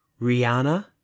Rihanna